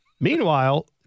Meanwhile